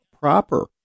proper